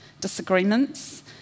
disagreements